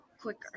quicker